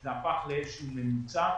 זה הפך לאיזשהו ממוצע.